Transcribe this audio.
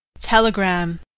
Telegram